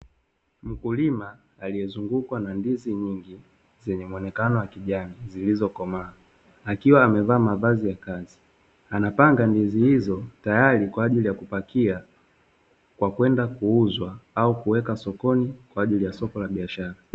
Mkulima aliyezungukwa na ndizi nyingi zenye muonekano wa kijani zilizo komaa, akiwa amevaa mavazi ya kazi anapanga ndizi hizo tayari kwa ajili ya kupakia kwa kwenda kuuzwa au kuweka sokoni kwa ajili ya soko la biashara.